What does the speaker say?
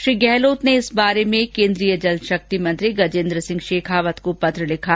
श्री गहलोत ने इस बारे में केन्द्रीय जल शक्ति मंत्री गजेन्द्र सिंह शेखावत को पत्र लिखा है